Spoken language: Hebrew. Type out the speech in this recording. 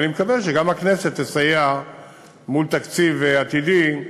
ואני מקווה שגם הכנסת תסייע מול תקציב עתידי,